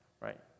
right